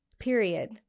period